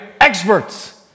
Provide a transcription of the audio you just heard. Experts